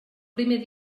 primer